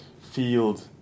field